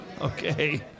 Okay